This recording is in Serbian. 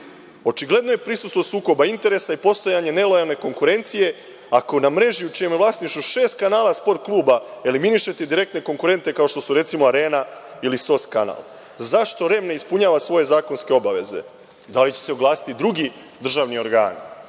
sistema? Očigledno je prisustvo sukoba interesa i postojanje nelojalne konkurencije ako na mreži u čijem je vlasništvu šest kanala Sport kluba eliminišete direktne konkurente, kao što su, recimo, Arena ili Sos kanal.Zašto REM ne ispunjava svoje zakonske obaveze? Da li će se oglasiti drugi državni organi?